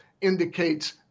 indicates